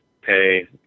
pay